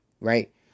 right